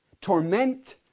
torment